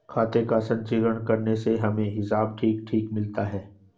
खाते का संचीकरण करने से हमें हिसाब ठीक ठीक मिलता है